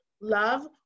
love